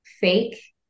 fake